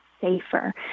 safer